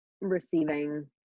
receiving